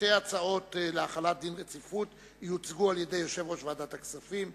שתי הצעות להחלת דין רציפות שיוצגו על-ידי יושב-ראש ועדת הכספים,